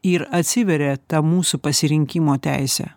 ir atsiveria ta mūsų pasirinkimo teisė